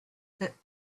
that